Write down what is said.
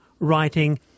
Writing